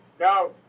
no